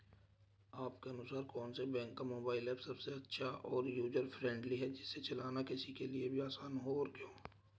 आपके अनुसार कौन से बैंक का मोबाइल ऐप सबसे अच्छा और यूजर फ्रेंडली है जिसे चलाना किसी के लिए भी आसान हो और क्यों?